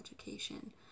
education